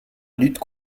lutte